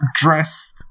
dressed